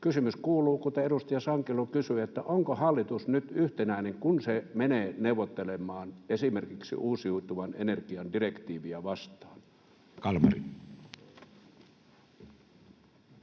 Kysymys kuuluu, kuten edustaja Sankelokin kysyi: onko hallitus nyt yhtenäinen, kun se menee neuvottelemaan esimerkiksi uusiutuvan energian direktiiviä vastaan? [Speech